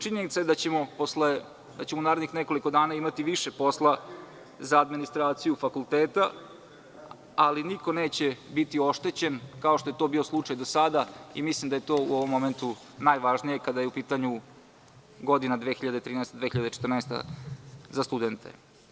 Činjenica je da ćemo u narednih nekoliko dana imati više posla za administraciju fakulteta, ali niko neće biti oštećen kao što je to bio slučaj do sada i mislim da je to u ovom momentu najvažnije kada je u pitanju godina 2013. i 2014. godina za studente.